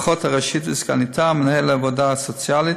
האחות הראשית וסגניתה, מנהל העבודה הסוציאלית